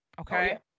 okay